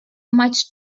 much